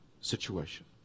situation